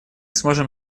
сможем